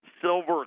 silver